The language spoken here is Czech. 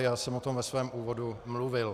Já jsem o tom ve svém úvodu mluvil.